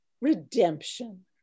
redemption